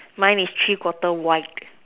mine is three quarter white